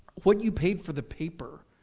what you paid for the paper